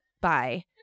Bye